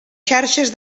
xarxes